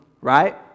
right